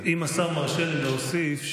אם השר מרשה לי להוסיף,